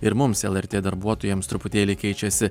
ir mums lrt darbuotojams truputėlį keičiasi